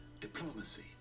diplomacy